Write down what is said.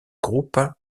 groupe